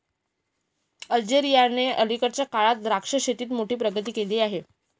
अल्जेरियाने अलीकडच्या काळात द्राक्ष शेतीत मोठी प्रगती केली आहे